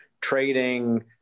trading